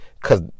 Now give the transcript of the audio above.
cause